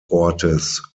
ortes